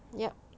yup